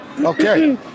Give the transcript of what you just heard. Okay